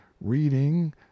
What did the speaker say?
reading